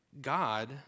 God